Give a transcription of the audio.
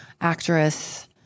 actress